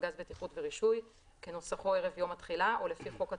הגז (בטיחות ורישוי) כנוסחו ערב התחילה או לפי חוק התקניים,